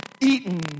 eaten